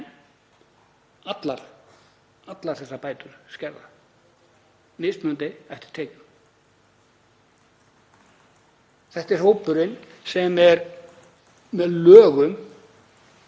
allar þessar bætur skerða, mismunandi eftir tekjum. Þetta er hópurinn sem er með